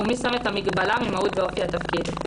ומי שם את המגבלה ממהות ואופי התפקיד?